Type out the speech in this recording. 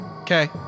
Okay